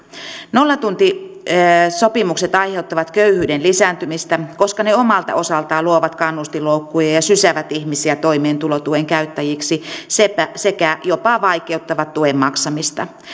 nollatuntisopimukset aiheuttavat köyhyyden lisääntymistä koska ne omalta osaltaan luovat kannustinloukkuja ja ja sysäävät ihmisiä toimeentulotuen käyttäjiksi sekä jopa vaikeuttavat tuen maksamista